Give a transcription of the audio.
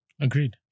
Agreed